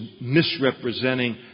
misrepresenting